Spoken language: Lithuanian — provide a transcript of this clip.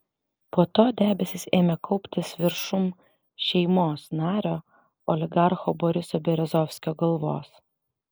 po to debesys ėmė kauptis viršum šeimos nario oligarcho boriso berezovskio galvos